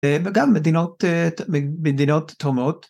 ‫וגם מדינות מדינות תורמות.